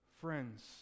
Friends